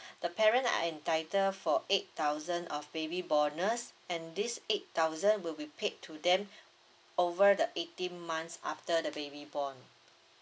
the parent are entitle for eight thousand of baby bonus and this eight thousand will be paid to them over the eighteen months after the baby born